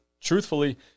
truthfully